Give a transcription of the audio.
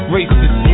Racist